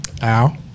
Al